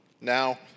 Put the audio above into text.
Now